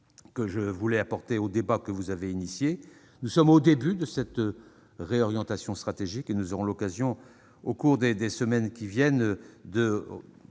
que je voulais apporter au débat dont vous avez pris l'initiative. Nous sommes au début de cette réorientation stratégique, et nous aurons l'occasion, au cours des semaines à venir, de